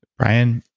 brian,